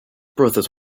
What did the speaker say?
brothers